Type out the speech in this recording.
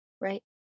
Right